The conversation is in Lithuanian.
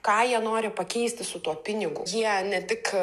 ką jie nori pakeisti su tuo pinigu jie ne tik